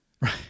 Right